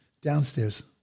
downstairs